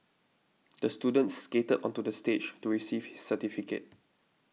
the student skated onto the stage to receive his certificate